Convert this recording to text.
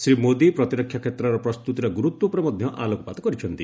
ଶ୍ରୀ ମୋଦୀ ପ୍ରତିରକ୍ଷା କ୍ଷେତ୍ରର ପ୍ରସ୍ତୁତିର ଗୁରୁତ୍ୱ ଉପରେ ମଧ୍ୟ ଆଲୋକପାତ କରିଛନ୍ତି